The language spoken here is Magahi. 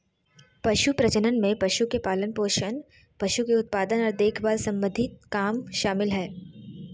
पशु प्रजनन में पशु के पालनपोषण, पशु के उत्पादन आर देखभाल सम्बंधी काम शामिल हय